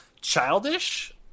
childish